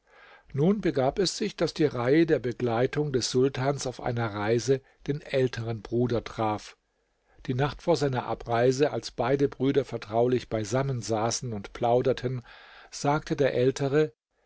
nun begab es sich daß die reihe der begleitung des sultans auf einer reise den älteren bruder traf die nacht vor seiner abreise als beide brüder vertraulich beisammen saßen und plauderten sagte der ältere